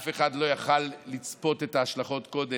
אף אחד לא יכול היה לצפות את ההשלכות קודם.